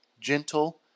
gentle